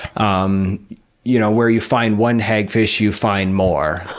um you know where you find one hagfish, you find more.